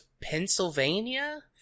Pennsylvania